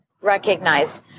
recognized